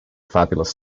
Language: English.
fabulous